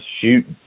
shoot